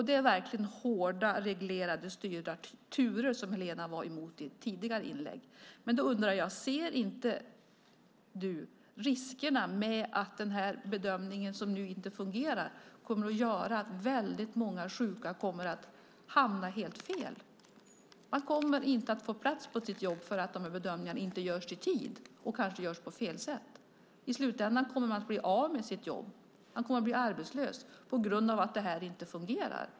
Det är verkligen hårt reglerade och styrda turer som Helena var emot i ett tidigare inlägg. Då undrar jag: Ser du inte riskerna med att den bedömning som nu inte fungerar kommer att göra att väldigt många sjuka kommer att hamna helt fel? Man kommer inte att få plats på sitt jobb därför att bedömningarna inte görs i tid eller kanske görs på fel sätt. I slutändan kommer man att bli av med sitt jobb. Man kommer att bli arbetslös på grund av att det här inte fungerar.